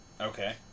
Okay